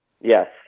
Yes